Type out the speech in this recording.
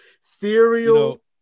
cereal